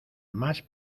más